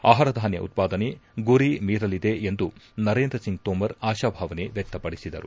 ಆಹಾರಧಾನ್ಯ ಉತ್ಪಾದನೆ ಗುರಿ ಮೀರಲಿದೆ ಎಂದು ನರೇಂದ್ರ ಸಿಂಗ್ ತೋಮರ್ ಆಶಾಭಾವನೆ ವ್ಯಕ್ತಪಡಿಸಿದರು